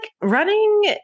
running